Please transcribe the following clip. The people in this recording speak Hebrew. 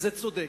זה צודק.